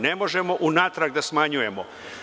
Ne možemo unatrag da smanjujemo.